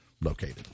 located